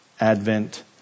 Advent